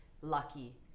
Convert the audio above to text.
lucky